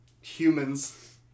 humans